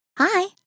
Hi